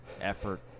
effort